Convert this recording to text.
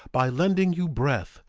by lending you breath,